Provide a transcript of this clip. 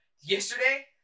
Yesterday